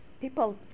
People